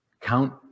Count